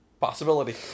possibility